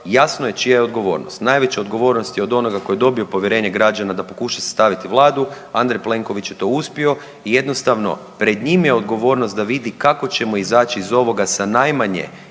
jasno je čija je odgovornost. Najveća odgovornost je od onoga ko je dobio povjerenje građana da pokuša sastaviti vladu Andrej Plenković je to uspio i jednostavno pred njim je odgovornost da vidi kako ćemo izaći iz ovoga sa najmanje